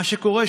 מה שקורה,